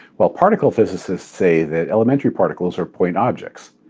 while particle physicists say that elementary particles are point objects.